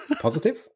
positive